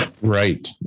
right